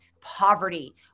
poverty